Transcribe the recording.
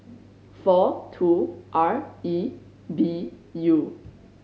four two R E B U